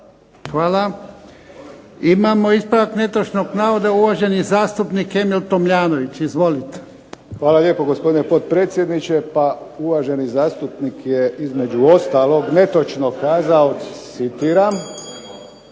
Hvala. Imamo ispravak netočnog navoda uvaženi zastupnik Emil Tomljanović, izvolite. **Tomljanović, Emil (HDZ)** Hvala lijepo gospodine potpredsjedniče. Pa uvaženi zastupnik je između ostalog netočno kazao, citiram: